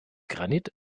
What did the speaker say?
granit